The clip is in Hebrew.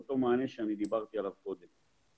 אותו מענה שדיברתי עליו קודם.